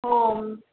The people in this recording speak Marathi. हो